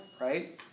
right